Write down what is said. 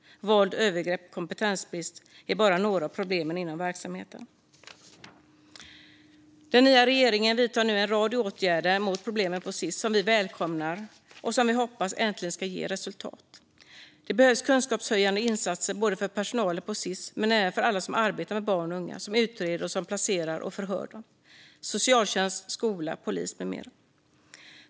Våld, övergrepp och kompetensbrist är bara några av problemen inom verksamheterna. Den nya regeringen vidtar nu en rad åtgärder mot problemen på Sis-hemmen, vilket vi välkomnar och hoppas äntligen ska ge resultat. Det behövs kunskapshöjande insatser inte bara för personalen på Sis utan för alla som arbetar med barn och unga, liksom för dem som utreder, placerar och förhör dem. Det gäller socialtjänst, skola, polis med mera.